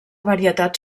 varietat